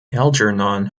algernon